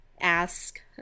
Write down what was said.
Ask